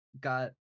got